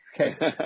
Okay